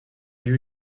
you